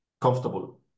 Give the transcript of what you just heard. comfortable